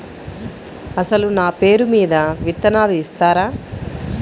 అసలు నా పేరు మీద విత్తనాలు ఇస్తారా?